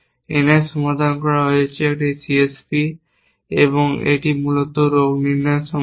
N এর সমাধান করা হয়েছে একটি C S P এবং এটি মূলত রোগ নির্ণয়ের সমস্যা